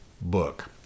Book